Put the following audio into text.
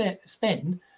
spend